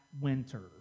winter